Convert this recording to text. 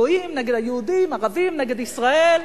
הגויים נגד היהודים, ערבים נגד ישראל.